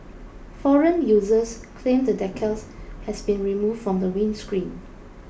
forum users claimed the decal has been removed from the windscreen